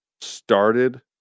started